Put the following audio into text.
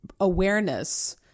awareness